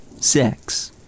Sex